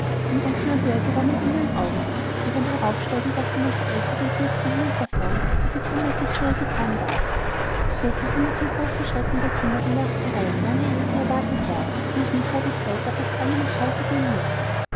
unten am berge war man immer im augenblick und beim heraufsteigen dachte man so eifrig ans nächste hinunterfahren daß es unmerklich schnell getan war so brach immer zum großen schrecken der kinder die nacht herein lang ehe sie erwartet war denn dies war die zeit da fast alle nach hause gehen mußten